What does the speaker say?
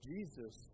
Jesus